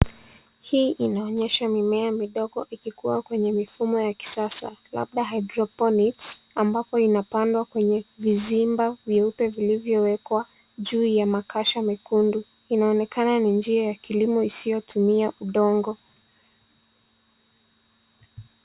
Hii inaonyesha mimea midogo ikikua kwenye mifumo ya kisasa labda hydroponics ambapo inapandwa kwenye vizimba vyeupe vilivyowekwa juu ya makasha mekundu. Inaonekana ni njia ya kilimo isiotumia udongo.